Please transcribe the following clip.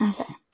Okay